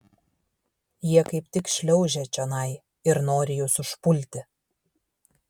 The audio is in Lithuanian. jie kaip tik šliaužia čionai ir nori jus užpulti